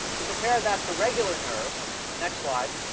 to compare that to regular nerve next slide